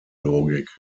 logik